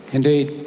indeed.